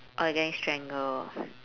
or getting strangled